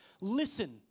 Listen